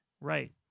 right